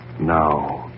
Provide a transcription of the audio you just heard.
Now